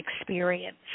experience